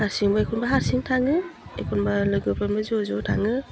हारसिंबो एखनबा हारसिं थाङो एखनबा लोगोफोरजों ज' ज' थाङो